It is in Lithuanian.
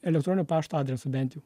elektroninio pašto adresu bent jau